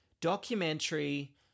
documentary